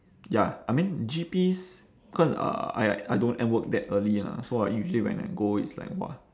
ya I mean G_Ps cause uh I I don't end work that early lah so I usually when I go it's like !wah!